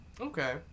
Okay